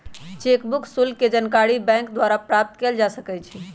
cheque book शुल्क के जानकारी बैंक द्वारा प्राप्त कयल जा सकइ छइ